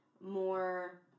more